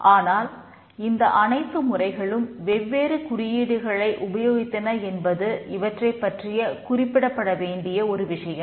ஆனால் இந்த அனைத்து முறைகளும் வெவ்வேறு குறியீடுகளை உபயோகித்தன என்பது இவற்றைப்பற்றிக் குறிப்பிடப்பட வேண்டிய ஒரு விஷயம்